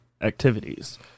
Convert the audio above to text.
activities